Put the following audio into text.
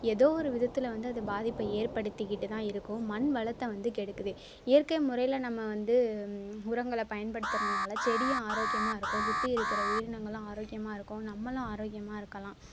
ஏதோ ஒரு விதத்தில் வந்து அது பாதிப்பை ஏற்படுத்திக்கிட்டு தான் இருக்கும் மண்வளத்தை வந்து கெடுக்குது இயற்கை முறையில் நம்ம வந்து உரங்களை பயன்படுத்துகிறதனால செடியும் ஆரோக்கியமாக இருக்கும் சுற்றி இருக்கிற உயிரினங்களும் ஆரோக்கியமாக இருக்கும் நம்மளும் ஆரோக்கியமாக இருக்கலாம்